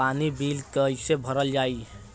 पानी बिल कइसे भरल जाई?